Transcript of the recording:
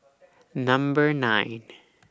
Number nine